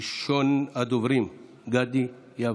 ראשון הדוברים, גדי יברקן.